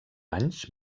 anys